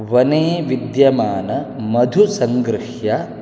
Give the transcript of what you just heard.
वने विद्यमानमधुः सङ्ग्रह्य